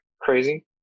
crazy